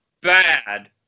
bad